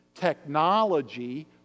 Technology